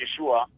Yeshua